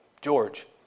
George